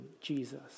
Jesus